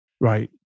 Right